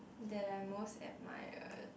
that I most admired